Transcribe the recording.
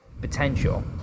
potential